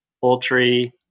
poultry